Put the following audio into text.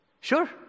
Sure